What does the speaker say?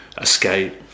escape